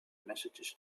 messages